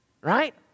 Right